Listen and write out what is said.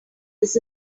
this